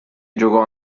giocò